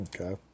Okay